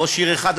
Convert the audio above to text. ראש עיר אחר,